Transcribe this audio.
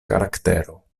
karaktero